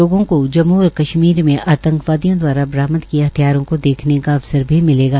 लोगों को जम्मू और कश्मीर में आतंकवादियों दवारा बरामद किए हथियारों को देखने का अवसर भी मिलेगा